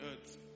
earth